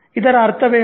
ಇದರ ಅರ್ಥವೇನು